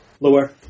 Lower